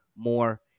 more